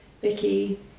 Vicky